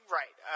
right